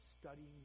studying